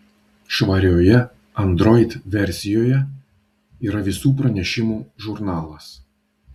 švarioje android versijoje yra visų pranešimų žurnalas